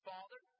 Father